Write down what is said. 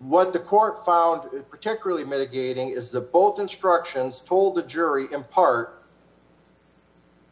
what the court found particularly mitigating is the both instructions told the jury in part